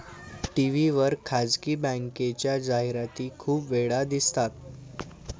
TV वर खासगी बँकेच्या जाहिराती खूप वेळा दिसतात